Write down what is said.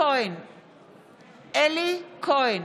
אלי כהן,